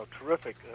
terrific